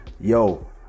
yo